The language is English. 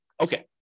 Okay